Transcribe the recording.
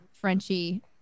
Frenchie